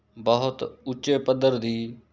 ਬਹੁਤ ਉੱਚੇ ਪੱਧਰ ਦੀ